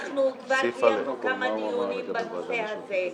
אנחנו כבר קיימנו כמה דיונים בנושא הזה.